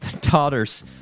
daughter's